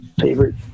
Favorite